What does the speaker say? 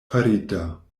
farita